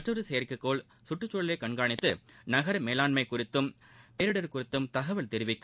மற்றொரு செயற்கைக்கோள் சுற்றுச்சூழலைக் கண்காணித்து நகர மேலாண்மை குறித்தும் பேரிடர் குறித்தும் தகவல் தெரிவிக்கும்